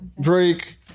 Drake